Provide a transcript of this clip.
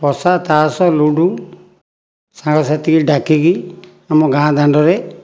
ପଶା ତାସ୍ ଲୁଡୁ ସାଙ୍ଗ ସାଥିକି ଡାକିକି ଆମ ଗାଁ ଦାଣ୍ଡରେ